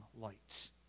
light